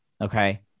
Okay